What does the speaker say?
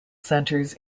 centres